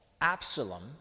Absalom